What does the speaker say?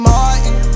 Martin